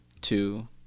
Two